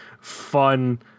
fun